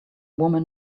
woman